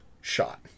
shot